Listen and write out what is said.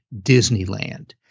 disneyland